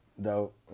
dope